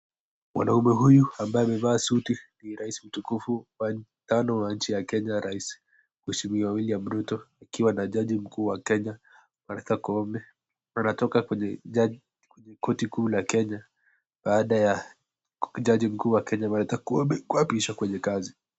Mwanaume huyu ambaye amevaa suti ni rais mtukufu wa tano wa nchi ya Kenya rais mweshimiwa William Samoei Ruto akiwa na jaji mkuu wa Kenya Martha Koome akiwa ametoka kwenye koti kuu ya Kenya baada ya Martha Koome kuapishwa kwenye kazi.